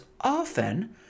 often